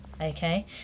Okay